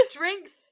drinks